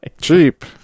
Cheap